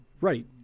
Right